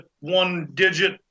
one-digit